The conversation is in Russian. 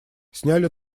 сняли